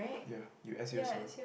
ya